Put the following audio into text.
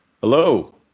Hello